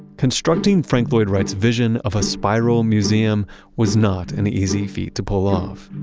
constructing frank lloyd wright's vision of a spiral museum was not an easy feat to pull off.